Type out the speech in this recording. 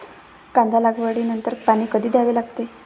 कांदा लागवडी नंतर पाणी कधी द्यावे लागते?